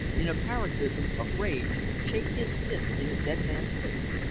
in a paroxysm of rage, shake his fist in the dead man's face,